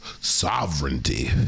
Sovereignty